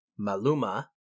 Maluma